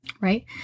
Right